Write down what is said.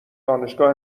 دانشگاه